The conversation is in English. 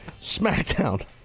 smackdown